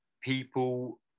people